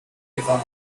levin